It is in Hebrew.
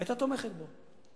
היתה תומכת בו.